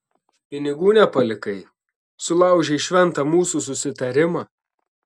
pinigų nepalikai sulaužei šventą mūsų susitarimą